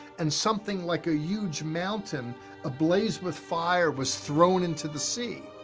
and something like a huge mountain ablaze with fire was thrown into the sea.